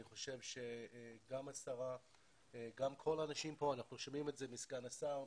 אני חושב שגם השרה וכל האנשים פה אנחנו שומעים את זה מסגן השר,